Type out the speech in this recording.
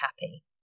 happy